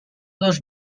dos